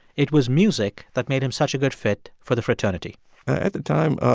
it was music that made him such a good fit for the fraternity at the time,